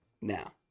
now